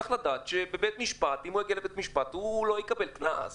צריך לדעת שאם הוא יגיע לבית המשפט הוא לא יקבל קנס,